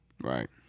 Right